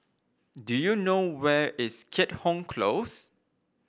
do you know where is Keat Hong Close